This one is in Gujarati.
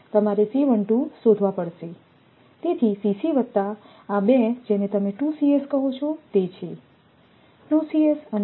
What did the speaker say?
તમારે શોધવા પડશે તેથી વત્તા આ 2 જેને તમે 2 કહો છો તે છે